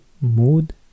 Mood